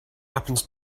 happens